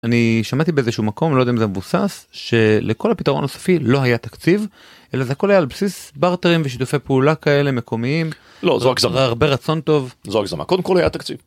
אני שמעתי באיזשהו מקום לא יודע אם זה מבוסס שלכל הפתרון הסופי לא היה תקציב אלא זה הכל היה על בסיס בארטרים ושיתופי פעולה כאלה מקומיים. לא זו הגזמה, רק זה הרבה רצון טוב זו הגזמה, קודם כל היה תקציב.